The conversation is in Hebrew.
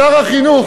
השתכנענו,